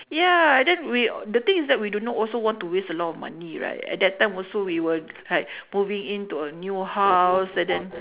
ya and then we the thing is that we do not also want to waste a lot of money right at that time also we were also like moving into a new house and then